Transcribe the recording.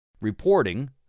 Reporting